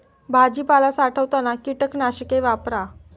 भाजीपाला साठवताना कीटकनाशके वापरा